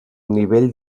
nivell